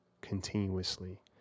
continuously